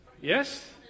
Yes